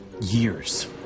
years